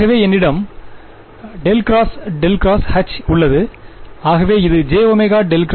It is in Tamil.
ஆகவே என்னிடம் ∇×∇ ×Hஉள்ளது ஆகவே இது jω∇×εrEJ